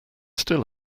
still